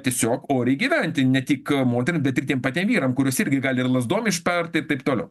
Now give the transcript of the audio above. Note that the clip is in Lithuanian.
tiesiog oriai gyventi ne tik motinai bet ir tiem patiem vyram kuris irgi gali ir lazdom išpert ir taip toliau